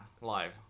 live